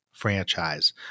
franchise